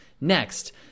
Next